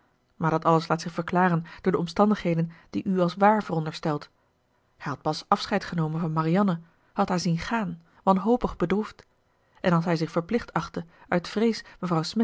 maar dat alles laat zich verklaren door de omstandigheden die u als waar veronderstelt hij had pas afscheid genomen van marianne had haar zien gaan wanhopig bedroefd en als hij zich verplicht achtte uit vrees mevrouw